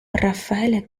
raffaele